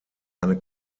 eine